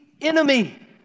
enemy